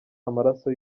amaraso